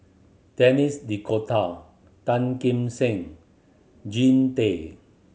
Denis D'Cotta Tan Kim Seng Jean Tay